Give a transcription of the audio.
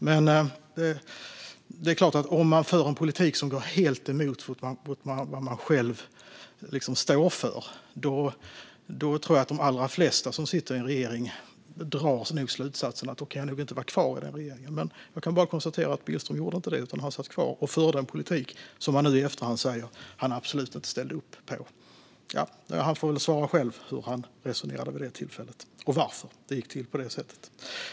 Jag tror dock att de allra flesta som sitter i en regering och behöver föra en politik som går helt emot vad de står för nog skulle dra slutsatsen att de inte längre kan sitta kvar i den regeringen. Jag kan bara konstatera att Billström inte gjorde det, utan han satt kvar och förde en politik som han nu i efterhand säger att han absolut inte ställde upp på. Men han får väl själv svara gällande hur han resonerade vid det tillfället och varför det gick till på det sättet.